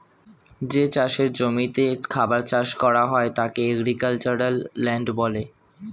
যে চাষের জমিতে খাবার চাষ করা হয় তাকে এগ্রিক্যালচারাল ল্যান্ড বলে